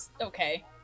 okay